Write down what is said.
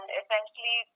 essentially